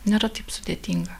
nėra taip sudėtinga